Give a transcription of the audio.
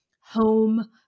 home